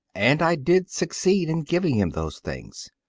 and i did succeed in giving him those things.